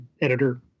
editor